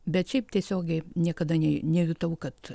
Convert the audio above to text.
bet šiaip tiesiogiai niekada nė nejutau kad